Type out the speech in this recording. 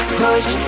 push